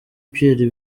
pierre